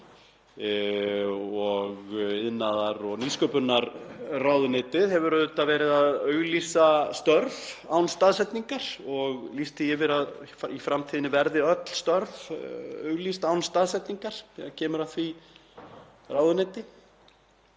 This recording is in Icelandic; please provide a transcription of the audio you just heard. og iðnaðar- og nýsköpunarráðuneytið hefur verið að auglýsa störf án staðsetningar og lýst því yfir að í framtíðinni verði öll störf auglýst án staðsetningar þegar kemur að því ráðuneyti.